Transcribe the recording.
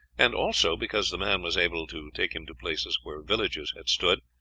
and also because the man was able to take him to places where villages had stood,